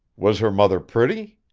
was her mother pretty?